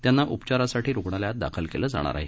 त्यांना उपचारासाठी रुग्णालयात दाखल केलं जाणार आहे